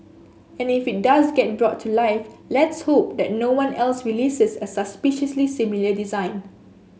and if it does get brought to life let's hope that no one else releases a suspiciously similar design